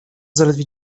zaledwie